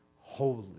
holy